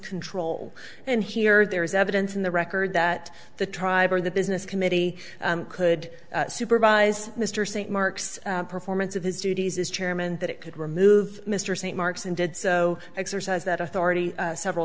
control and here there is evidence in the record that the tribe or the business committee could supervise mr st mark's performance of his duties as chairman that it could remove mr st marks and did so exercise that authority several